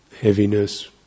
heaviness